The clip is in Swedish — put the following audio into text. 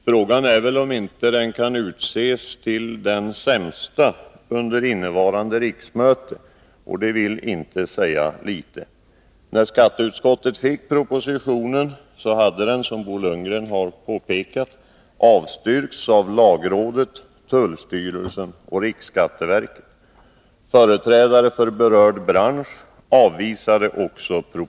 Frågan är väl om den inte kan utses till den sämsta under innevarande riksmöte, och det vill inte säga litet. När skatteutskottet fick propositionen, hade den —- som Bo Lundgren påpekade — avstyrkts av lagrådet, tullstyrelsen och riksskatteverket. Också företrädare för berörd bransch avvisade den.